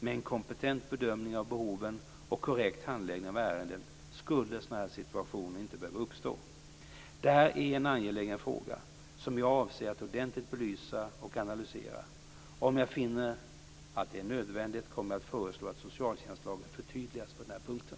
Med en kompetent bedömning av behoven och korrekt handläggning av ärenden skulle sådana här situationer inte behöva uppstå. Det här är en angelägen fråga som jag avser att ordentligt belysa och analysera. Om jag finner att det är nödvändigt kommer jag att föreslå att socialtjänstlagen förtydligas på den här punkten.